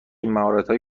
مهارتهای